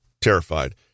Terrified